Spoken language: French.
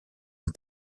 une